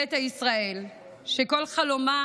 ביתא ישראל, שכל חלומה